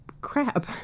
crap